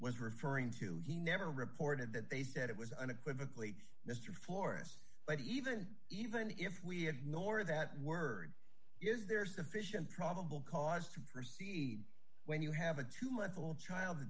was referring to he never reported that they said it was unequivocally mr florists but even even if we ignore that word is there sufficient probable cause to proceed when you have a two month old child